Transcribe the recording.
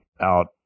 out